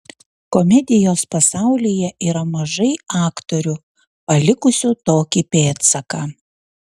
komedijos pasaulyje yra mažai aktorių palikusių tokį pėdsaką